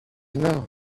know